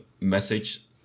message